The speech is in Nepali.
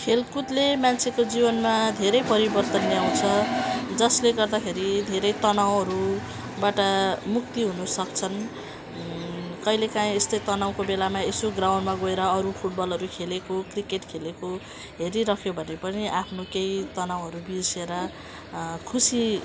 खेलकूदले मान्छेको जीवनमा धेरै परिवर्तन ल्याउँछ जसले गर्दाखेरि धेरै तनाउहरूबाट मुक्ति हुन सक्छन् कहिलेकाहीँ यस्तै तनाउको बेलामा यसो ग्राउन्डमा गएर अरू फुटबलहरू खेलेको क्रिकेट खेलेको हेरिरह्यो भने पनि आफ्नो केही तनाउहरू बिर्सेर खुसी